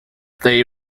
they